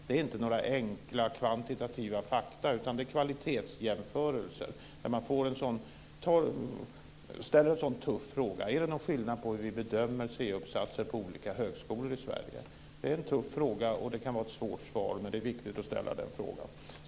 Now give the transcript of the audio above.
Det är inte fråga om några enkla kvantitativa fakta, utan det är kvalitetsjämförelser. Man ställer en tuff fråga: Är det någon skillnad på hur vi bedömer C-uppsatser på olika högskolor i Sverige? Det är en tuff fråga, och det kan bli ett svårt svar. Men det är viktigt att ställa frågan.